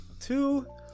two